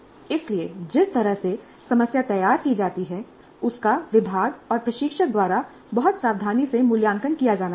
इसलिए जिस तरह से समस्या तैयार की जाती है उसका विभाग और प्रशिक्षक द्वारा बहुत सावधानी से मूल्यांकन किया जाना चाहिए